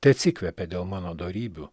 teatsikvepia dėl mano dorybių